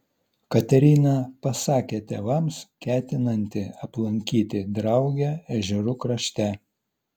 katerina pasakė tėvams ketinanti aplankyti draugę ežerų krašte